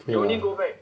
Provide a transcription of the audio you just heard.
okay lah